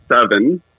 seven